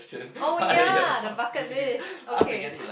oh ya the bucket list okay